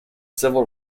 civil